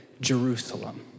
Jerusalem